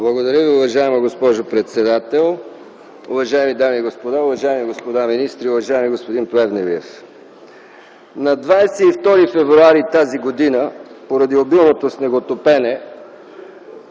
Благодаря Ви, уважаема госпожо председател. Уважаеми дами и господа, уважаеми господа министри, уважаеми господин Плевнелиев! На 22 февруари тази година поради обилното снеготопене